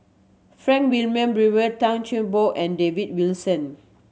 Frank Wilmin Brewer Tan Cheng Bock and David Wilson